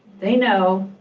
they know,